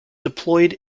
deployed